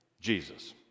Jesus